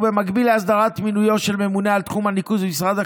במקביל להסדרת מינויו של ממונה על תחום הניקוז במשרד החקלאות,